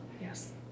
yes